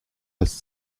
als